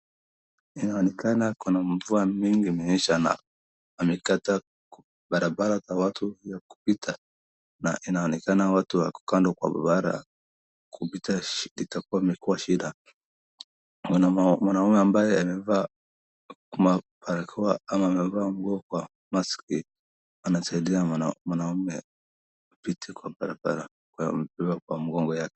Inaonekana kuna mvua mingi imesha na amekata barabara za watu ya kupita na inaonekana watu wako kando kwa barabara kupita itakuwa imekuwa shida. Mwanaume ambaye amevaa barakoa ama amevaa nguo kwa maski anasaidia mwanaume apite kwa barabara kwa kumbeba kwa mgongo yake.